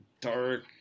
dark